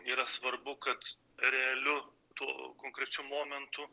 yra svarbu kad realiu tuo konkrečiu momentu